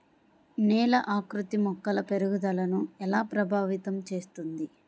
నేల ఆకృతి మొక్కల పెరుగుదలను ఎలా ప్రభావితం చేస్తుంది?